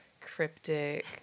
cryptic